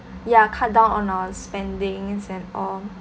ya cut down on our spendings and all